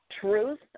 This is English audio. truth